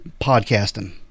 podcasting